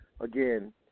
again